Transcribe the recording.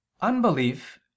unbelief